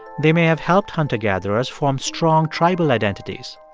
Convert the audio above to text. they may have helped hunter-gatherers form strong tribal identities.